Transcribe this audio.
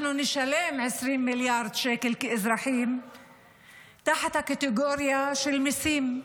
אנחנו נשלם 20 מיליארד שקל כאזרחים תחת הקטגוריה של מיסים,